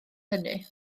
hynny